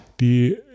die